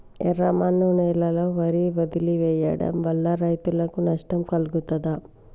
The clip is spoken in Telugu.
ఎర్రమన్ను నేలలో వరి వదిలివేయడం వల్ల రైతులకు నష్టం కలుగుతదా?